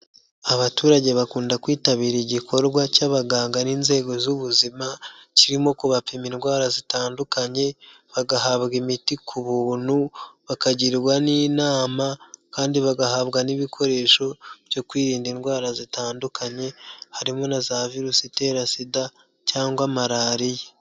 Abaturage bakunda kwitabira igikorwa cy'abaganga n'inzego z'ubuzima, kirimo kubapima indwara zitandukanye, bagahabwa imiti ku buntu, bakagirwa n'inama kandi bagahabwa n'ibikoresho byo kwirinda indwara zitandukanye, harimo na za virusi itera SIDA cyangwa Malariya.